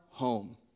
home